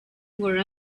were